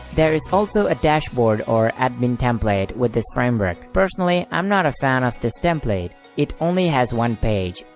there is also a dashboard or admin template with this framework, personally i am not a fan of this template, it only has one page.